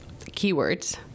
keywords